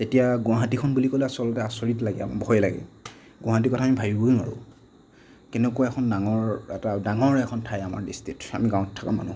তেতিয়া গুৱাহাটীখন বুলি ক'লে আচলতে আচৰিত লাগে আমাৰ ভয় লাগে গুৱাহাটীৰ কথা আমি ভাবিবই নোৱাৰোঁ কেনেকুৱা এখন ডাঙৰ এটা ডাঙৰ এখন ঠাই আমাৰ দৃষ্টিত আমি গাঁৱত থকা মানুহ